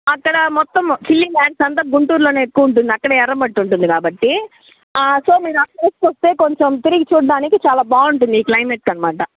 అక్కడ మొత్తము chilli lands అంతా గుంటూరు లోనే ఎక్కువ ఉంటుంది అక్కడే ఎర్రమట్టి ఉంటుంది కాబట్టి సో మీరా ప్లేస్కు వస్తే కొంచెం తిరిగి చూడడానికి చాలా బాగుంటుంది ఈ క్లయిమేట్స్ అనమాట